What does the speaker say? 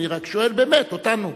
אני רק שואל באמת אותנו,